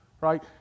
right